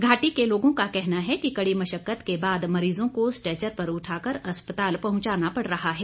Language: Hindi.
घाटी के लोगों का कहना है कि कड़ी मश्कत के बाद मरीजों को स्टेचर पर उठाकर अस्पताल पहंचाना पड़ रहा है